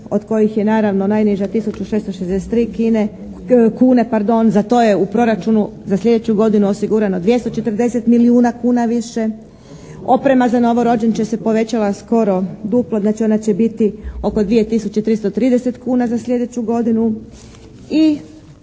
od kojih je naravno najniža 1663 kine, kune pardon. Za to je u Proračunu za sljedeću godinu osigurano 240 milijuna kuna više. Oprema za novorođenče se povećava skoro duplo. Znači ona će biti oko 2 tisuće 330 kuna za sljedeću godinu.